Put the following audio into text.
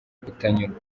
kutanyurwa